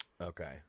Okay